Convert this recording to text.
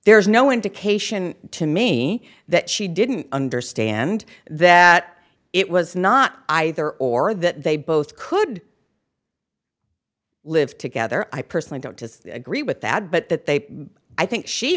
there's no indication to me that she didn't understand that it was not either or that they both could live together i personally don't agree with that but that they i think she